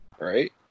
Right